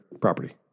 property